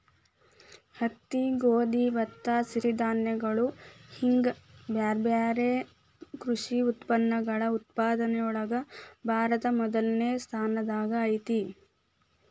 ಹತ್ತಿ, ಗೋಧಿ, ಭತ್ತ, ಸಿರಿಧಾನ್ಯಗಳು ಹಿಂಗ್ ಬ್ಯಾರ್ಬ್ಯಾರೇ ಕೃಷಿ ಉತ್ಪನ್ನಗಳ ಉತ್ಪಾದನೆಯೊಳಗ ಭಾರತ ಮೊದಲ್ನೇ ಸ್ಥಾನದಾಗ ಐತಿ